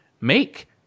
make